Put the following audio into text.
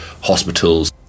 hospitals